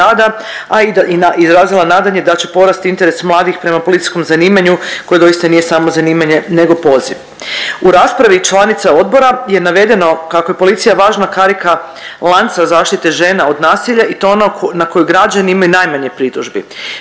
a i izrazila nadanje da će porasti interes mladih prema policijskom zanimanju koje doista nije samo zanimanje nego poziv. U raspravi članica odbora je navedeno kako je policija važna karika lanca zaštite žena od nasilja i to ona na koju građani imaju najmanje pritužbi.